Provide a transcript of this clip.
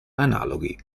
analoghi